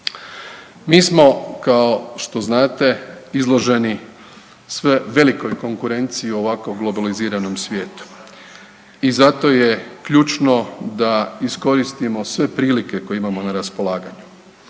Mi smo kao što znati izloženi velikoj konkurenciji u ovako globaliziranom svijetu i zato je ključno da iskoristimo sve prilike koje imamo na raspolaganju.